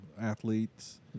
athletes